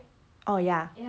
oh ya